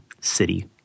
city